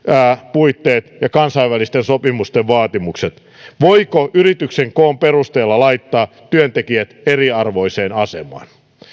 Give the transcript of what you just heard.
puitteet ja kansainvälisten sopimusten vaatimukset voiko yrityksen koon perusteella laittaa työntekijät eriarvoiseen asemaan